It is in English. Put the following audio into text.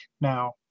now